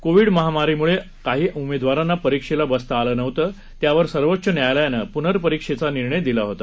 Covid महामारीमुळे काही उमेदवारांना परीक्षेला बसता आलं नव्हतं त्यावर सर्वोच्च न्यायालयानं पुनर्परीक्षेचा निर्णय दिला होता